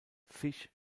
fisch